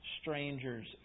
strangers